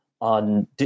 on